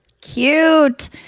Cute